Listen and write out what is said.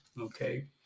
Okay